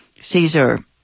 Caesar